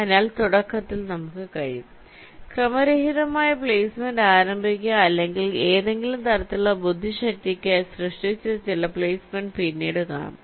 അതിനാൽ തുടക്കത്തിൽ നമുക്ക് കഴിയും ക്രമരഹിതമായ പ്ലെയ്സ്മെന്റിൽ ആരംഭിക്കുക അല്ലെങ്കിൽ ഏതെങ്കിലും തരത്തിലുള്ള ബുദ്ധിശക്തിക്കായി സൃഷ്ടിച്ച ചില പ്ലെയ്സ്മെന്റ് പിന്നീട് കാണും